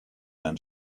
then